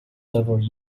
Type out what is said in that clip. several